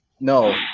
No